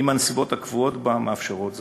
אם הנסיבות הקבועות בה מאפשרות זאת.